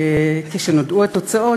כשנודעו התוצאות,